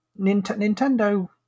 Nintendo